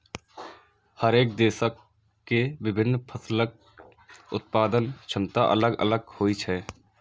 हरेक देशक के विभिन्न फसलक उत्पादन क्षमता अलग अलग होइ छै